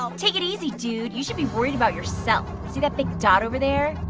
um take it easy, dude. you should be worried about yourself. see that big dot over there?